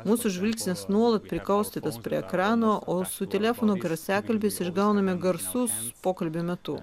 mūsų žvilgsnis nuolat prikaustytas prie ekrano o su telefono garsiakalbiais išgauname garsus pokalbio metu